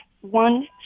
one